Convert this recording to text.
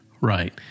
Right